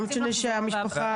רוצים לחזור והבית לא שוקם.